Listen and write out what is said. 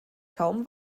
kaum